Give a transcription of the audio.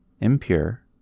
impure